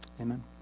Amen